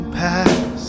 pass